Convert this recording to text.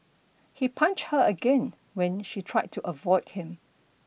he punched her again when she tried to avoid him